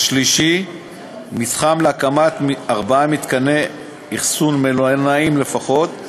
3. מתחם להקמת ארבעה מתקני אכסון מלונאיים לפחות,